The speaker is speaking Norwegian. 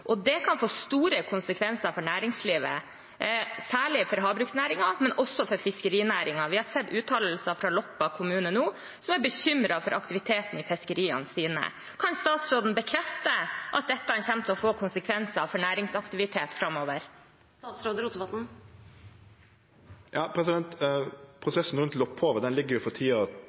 og det kan få store konsekvenser for næringslivet, særlig for havbruksnæringen, men også for fiskerinæringen. Vi har sett uttalelser fra Loppa kommune nå, som er bekymret for aktiviteten i fiskeriene sine. Kan statsråden bekrefte at dette kommer til å få konsekvenser for næringsaktivitet framover?